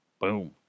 Boom